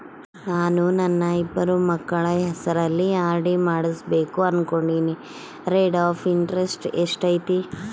ನಾನು ನನ್ನ ಇಬ್ಬರು ಮಕ್ಕಳ ಹೆಸರಲ್ಲಿ ಆರ್.ಡಿ ಮಾಡಿಸಬೇಕು ಅನುಕೊಂಡಿನಿ ರೇಟ್ ಆಫ್ ಇಂಟರೆಸ್ಟ್ ಎಷ್ಟೈತಿ?